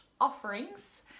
offerings